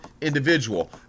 individual